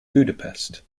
budapest